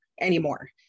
anymore